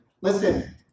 Listen